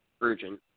urgent